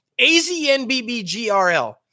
AZNBBGRL